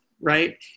right